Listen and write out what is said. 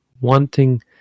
wanting